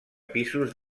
pisos